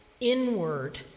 inward